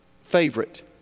favorite